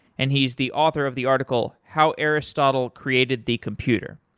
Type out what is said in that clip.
and he's the author of the article how aristotle created the computer.